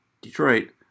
Detroit